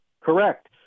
Correct